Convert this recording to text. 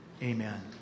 Amen